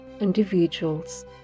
individuals